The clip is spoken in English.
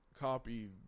copy